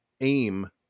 aim